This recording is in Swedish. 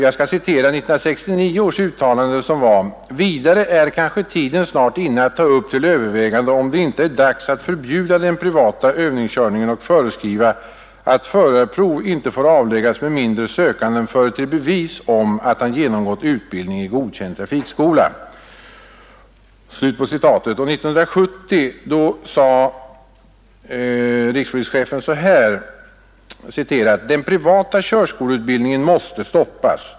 Jag ber att få citera 1969 års uttalande: ”Vidare är kanske tiden snart inne att ta upp till övervägande, om det inte är dags att förbjuda den privata övningskörningen och föreskriva att förarprov inte får avläggas med mindre sökanden företer bevis om att han genomgått utbildning i godkänd trafikskola.” År 1970 sade rikspolischefen: ”Den privata körskoleutbildningen måste stoppas.